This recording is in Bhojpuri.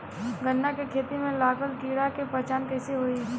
गन्ना के खेती में लागल कीड़ा के पहचान कैसे होयी?